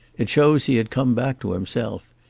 it shows he had come back to himself.